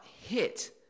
Hit